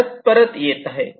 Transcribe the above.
परत येत आहेत